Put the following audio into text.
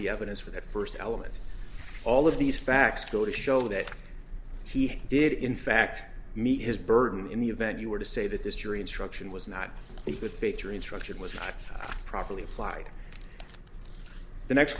the evidence for that first element all of these facts go to show that he did in fact meet his burden in the event you were to say that this jury instruction was not a good faith or instruction was not properly applied the next